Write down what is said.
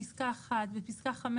(1)בפסקה (5),